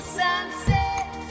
sunset